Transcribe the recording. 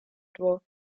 dorf